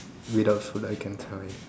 without food I can survive